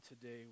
today